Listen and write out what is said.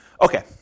Okay